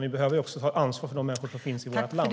Vi behöver också ta ansvar för de människor som finns i vårt land.